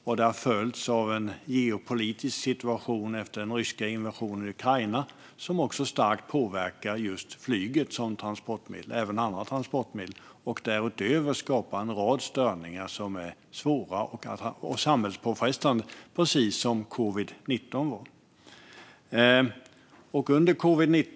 Och det har följts av en geopolitisk situation efter den ryska invasionen av Ukraina som också starkt påverkar just flyget som transportmedel och även andra transportmedel och som därutöver skapar en rad störningar som är svåra och samhällspåfrestande precis som covid-19 var. Herr ålderspresident!